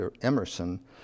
Emerson